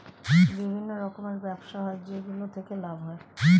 বিভিন্ন রকমের ব্যবসা হয় যেগুলো থেকে লাভ হয়